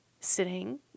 sitting